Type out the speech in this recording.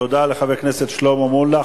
תודה לחבר הכנסת שלמה מולה.